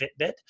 Fitbit